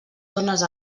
dónes